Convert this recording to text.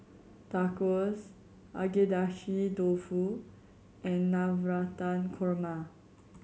Tacos Agedashi Dofu and Navratan Korma